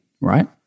right